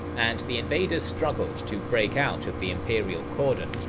and the invaders struggled to break out of the imperial cordon.